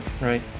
right